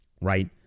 right